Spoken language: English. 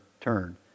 turn